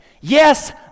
yes